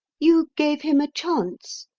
you gave him a chance?